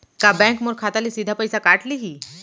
का बैंक मोर खाता ले सीधा पइसा काट लिही?